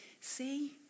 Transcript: see